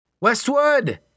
Westwood